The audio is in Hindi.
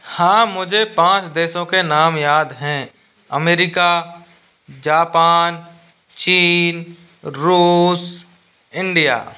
हाँ मुझे पाँच देशों के नाम याद हैं अमेरिका जापान चीन रूस इंडिया